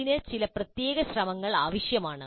ഇതിന് ചില പ്രത്യേക ശ്രമങ്ങൾ ആവശ്യമാണ്